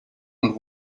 und